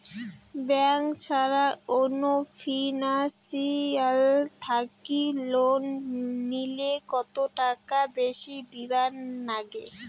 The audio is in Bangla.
ব্যাংক ছাড়া অন্য ফিনান্সিয়াল থাকি লোন নিলে কতটাকা বেশি দিবার নাগে?